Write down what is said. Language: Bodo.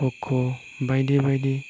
ख'ख' बायदि बायदि